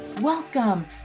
Welcome